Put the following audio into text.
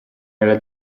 nella